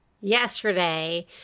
yesterday